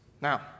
Now